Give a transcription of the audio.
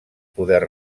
poder